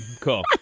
Cool